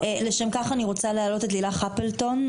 לשם כך אני רוצה להעלות את לילך אפלטון,